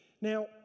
Now